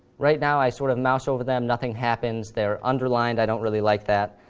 right now, i sort of mouse over them, nothing happens. they're underlined i don't really like that.